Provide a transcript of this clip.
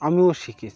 আমিও শিখেছি